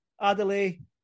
Adelaide